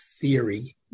theory